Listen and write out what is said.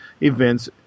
events